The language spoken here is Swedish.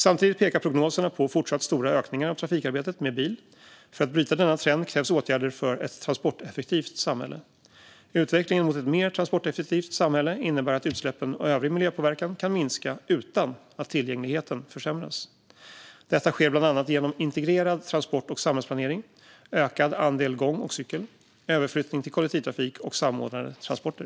Samtidigt pekar prognoserna på fortsatt stora ökningar av trafikarbetet med bil. För att bryta denna trend krävs åtgärder för ett transporteffektivt samhälle. Utvecklingen mot ett mer transporteffektivt samhälle innebär att utsläppen och övrig miljöpåverkan kan minska utan att tillgängligheten försämras. Detta sker bland annat genom integrerad transport och samhällsplanering, ökad andel gång och cykel, överflyttning till kollektivtrafik och samordnade transporter.